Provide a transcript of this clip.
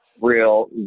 real